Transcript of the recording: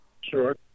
Sure